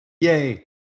Yay